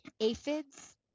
Aphids